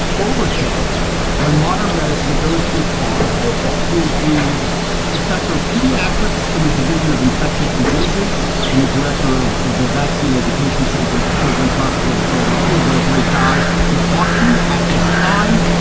overkill when modern medicine goes too far he is the professor of pediatrics in the division of infectious diseases and the director of the vaccine education center at the children's hospital of philadelphia what a great guy to talk to at this time.